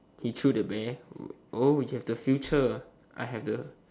he threw the bear oh he have the future I have the